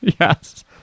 Yes